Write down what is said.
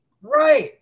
Right